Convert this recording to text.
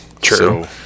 True